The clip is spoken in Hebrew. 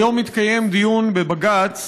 היום התקיים דיון בבג"ץ